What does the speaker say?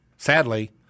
Sadly